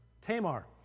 Tamar